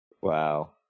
Wow